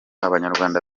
abanyarwanda